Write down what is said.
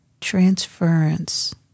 transference